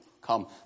Come